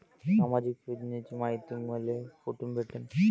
सामाजिक योजनेची मायती मले कोठून भेटनं?